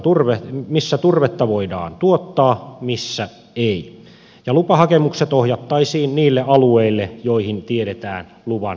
tiedettäisiin missä turvetta voidaan tuottaa missä ei ja lupahakemukset ohjattaisiin niille alueille joille tiedetään luvan heltiävän